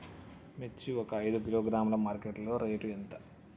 మిర్చి ఒక ఐదు కిలోగ్రాముల మార్కెట్ లో రేటు ఎంత?